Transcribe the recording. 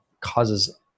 causes